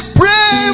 pray